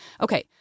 Okay